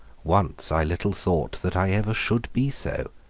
once i little thought that i ever should be so.